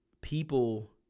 People